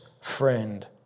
friend